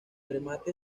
remate